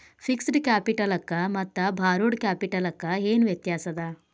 Fixed ಕ್ಯಾಪಿಟಲಕ್ಕ ಮತ್ತ borrowed ಕ್ಯಾಪಿಟಲಕ್ಕ ಏನ್ ವ್ಯತ್ಯಾಸದ?